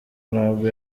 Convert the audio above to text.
nabwo